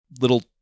little